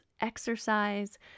exercise